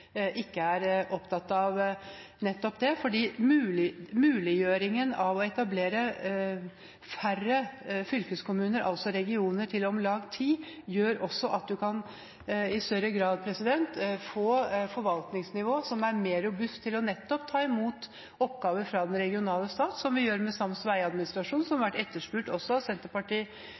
ikke er opptatt av nettopp det, for muliggjøringen av å etablere færre fylkeskommuner, altså regioner, til om lag ti gjør også at man i større grad kan få forvaltningsnivå som er mer robuste til å ta imot oppgaver fra den regionale stat, slik som vi gjør med sams veiadministrasjon, som har vært etterspurt av